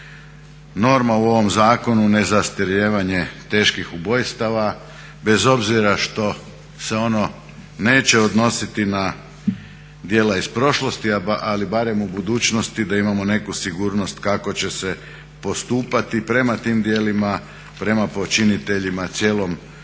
norma u ovom zakonu nezastarijevanje teških ubojstava bez obzira što se ono neće odnositi na djela iz prošlosti. Ali barem u budućnosti da imamo neku sigurnost kako će se postupati prema tim djelima, prema počiniteljima, cijelom procesu,